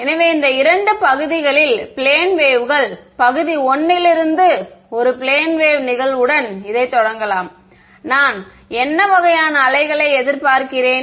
எனவே இந்த இரண்டு பகுதிகளில் பிளேன் வேவ்கள் பகுதி 1 ல் இருந்து ஒரு பிளேன் வேவ் நிகழ்வுடன் இதை தொடங்கலாம் நான் என்ன வகையான வேவ்களை எதிர்பார்க்கிறேன்